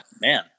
man